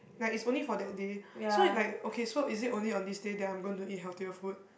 like it's only for that day so it's like okay so is it only on this day that I'm going to eat healthier food